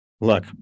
look